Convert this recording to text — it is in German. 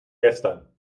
gestern